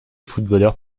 footballeur